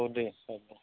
औ दे सार दे